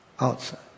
outside